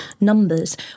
numbers